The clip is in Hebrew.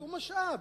הוא משאב.